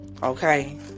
okay